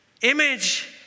image